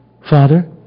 Father